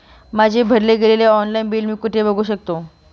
माझे भरले गेलेले ऑनलाईन बिल मी कुठे बघू शकतो?